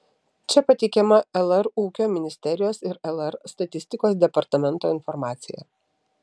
čia pateikiama lr ūkio ministerijos ir lr statistikos departamento informacija